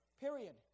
Period